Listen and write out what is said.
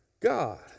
God